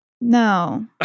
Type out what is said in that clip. No